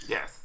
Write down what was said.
Yes